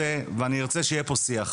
ונקיים שיח, שיח